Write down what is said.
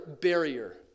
barrier